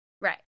Right